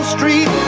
Street